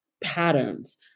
patterns